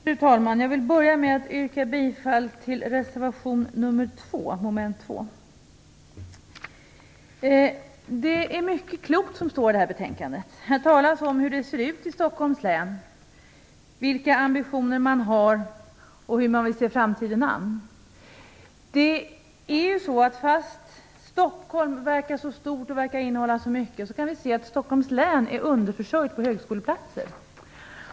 Fru talman! Jag vill börja med att yrka bifall till reservation nr 2 under mom. 2. Det är mycket klokt som står i det här betänkandet. Här talas om hur det ser ut i Stockholms län, vilka ambitioner man har och hur man vill se framtiden an. Fast Stockholm verkar så stort och verkar innehålla så mycket, kan vi se att Stockholms län är underförsörjt på högskoleplatser.